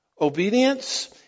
obedience